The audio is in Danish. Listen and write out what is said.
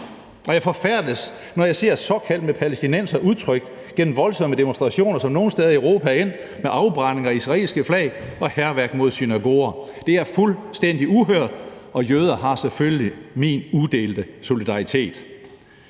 og forfærdes, når jeg ser såkaldt sympati med palæstinenserne udtrykt gennem voldsomme demonstrationer, som nogle steder i Europa er endt med afbrænding af israelske flag og hærværk mod synagoger. Det er fuldstændig uhørt, og jøder har selvfølgelig min udelte solidaritet.